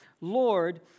Lord